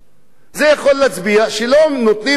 זה יכול להצביע על כך שלא נותנים את השירות